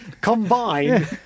combine